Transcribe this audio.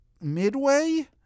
midway